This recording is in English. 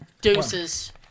deuces